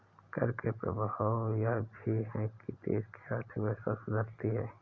कर के प्रभाव यह भी है कि देश की आर्थिक व्यवस्था सुधरती है